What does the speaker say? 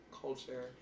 culture